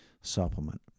supplement